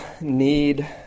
need